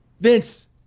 Vince